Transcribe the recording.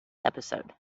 episode